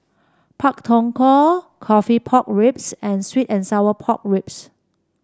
Pak Thong Ko coffee Pork Ribs and sweet and Sour Pork Ribs